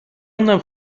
una